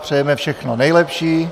Přejeme všechno nejlepší.